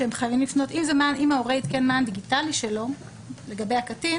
שאם ההורה עדכן מען דיגיטלי שלו לגבי הקטין